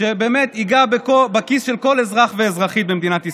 שבאמת ייגע בכיס של כל אזרח ואזרחית במדינת ישראל,